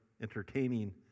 entertaining